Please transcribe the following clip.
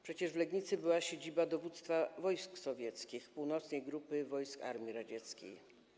Przecież w Legnicy była siedziba dowództwa wojsk sowieckich, Północnej Grupy Wojsk Armii Radzieckiej.